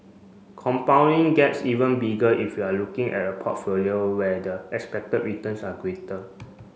compounding gets even bigger if you're looking at a portfolio where the expected returns are greater